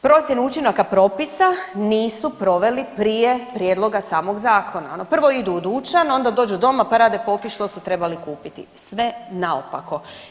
Procjenu učinaka propisa nisu proveli prije prijedloga samog zakona, ono prvo idu u dućan, onda dođu doma, pa rade popis što su trebali kupiti, sve naopako.